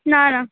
না না